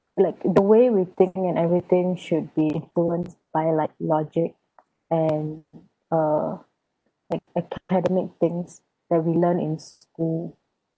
like the way we think and everything should be influenced by like logic and uh like academic things that we learn in school